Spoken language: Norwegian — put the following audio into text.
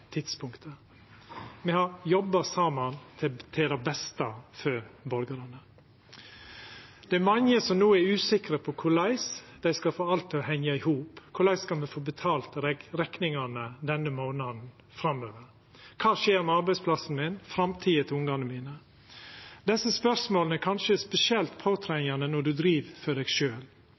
tidspunktet. Me har jobba saman til det beste for borgarane. Det er mange som no er usikre på korleis dei skal få alt til å hengja i hop. Korleis skal me få betalt rekningane denne månaden og framover? Kva skjer med arbeidsplassen min og framtida til ungane mine? Desse spørsmåla er kanskje spesielt påtrengjande når ein driv for